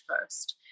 first